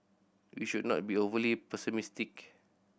we should not be overly pessimistic